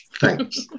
thanks